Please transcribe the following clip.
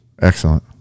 Excellent